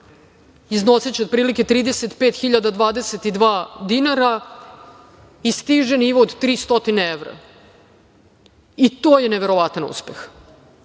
Iznosiće, otprilike, 35.022,00 dinara i stiže nivo od 300 evra i to je neverovatan uspeh. Da